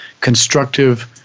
constructive